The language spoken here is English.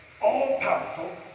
all-powerful